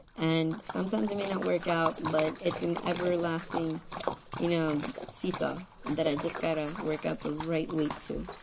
and sometimes it may not work out. but it's an everlasting you know seesaw and that i just got to work out the right way to.